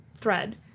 thread